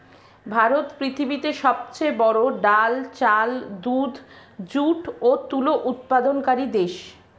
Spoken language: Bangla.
ভারত পৃথিবীতে সবচেয়ে বড়ো ডাল, চাল, দুধ, যুট ও তুলো উৎপাদনকারী দেশ